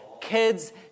kids